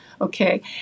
okay